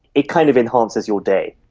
it kind of enhances your day,